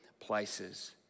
places